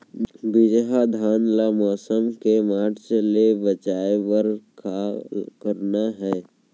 बिजहा धान ला मौसम के मार्च ले बचाए बर का करना है?